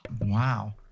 Wow